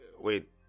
wait